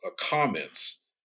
comments